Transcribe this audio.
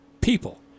people